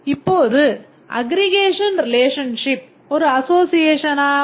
இப்போது aggregation relationship ஒரு அசோஸியேஷனா